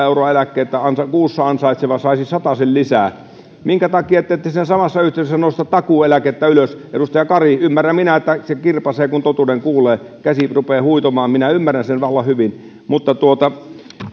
euroa eläkettä kuussa ansaitseva saisi satasen lisää minkä takia te ette siinä samassa yhteydessä nosta takuueläkettä ylös edustaja kari ymmärrän minä että se kirpaisee kun totuuden kuulee käsi rupeaa huitomaan minä ymmärrän sen vallan hyvin